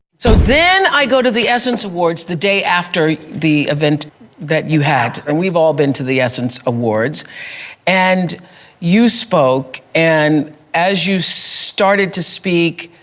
so then i go to the essence awards the day after the event that you had. and we've all been to the essence awards and you spoke and as you started to speak,